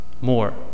more